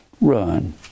run